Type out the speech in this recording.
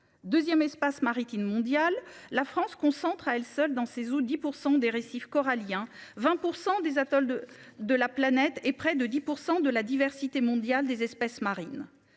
2ème espace maritime mondial. La France concentre à elle seule dans ces ou 10 pour % des récifs coralliens 20% des atolls de de la planète et près de 10% de la diversité mondiale des espèces marines,